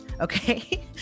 okay